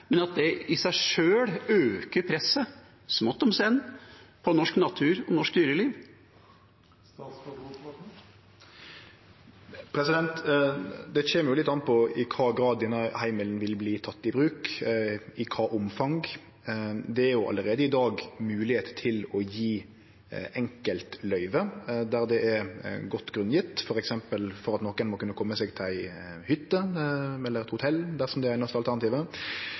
i seg sjøl øker presset, smått om senn, på norsk natur og norsk dyreliv? Det kjem jo litt an på i kva grad, i kva omfang, denne heimelen vil verte teken i bruk. Det er jo allereie i dag moglegheiter til å gje enkeltløyve der det er godt grunngjeve, f.eks. for at nokon må kunne kome seg til ei hytte, eller til eit hotell, dersom det er det einaste alternativet.